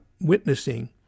witnessing